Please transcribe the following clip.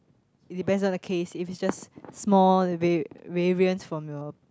it depends on the case if it's just small var~ variants from your